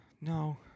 No